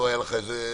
לא הייתה לך איזו טעות,